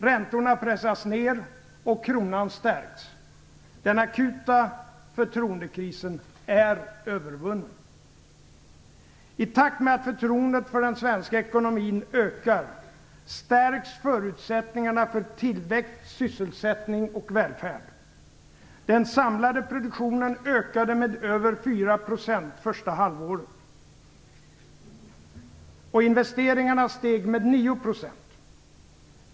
Räntorna pressas ner och kronan stärks. Den akuta förtroendekrisen är övervunnen. I takt med att förtroendet för den svenska ekonomin ökar stärks förutsättningarna för tillväxt, sysselsättning och välfärd. Den samlade produktionen ökade med över 4 % första halvåret i år och investeringarna steg med 9 %.